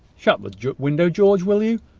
shut the window, george, will you?